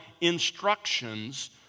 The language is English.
instructions